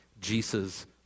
Jesus